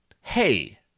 Hey